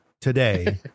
today